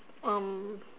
um